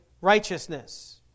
righteousness